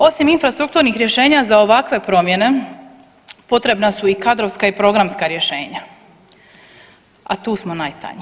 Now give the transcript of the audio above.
Osim infrastrukturnih rješenja za ovakve promjene potrebna su i kadrovska i programska rješenja, a tu smo najtanji.